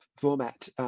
format